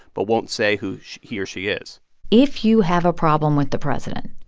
but won't say who he or she is if you have a problem with the president,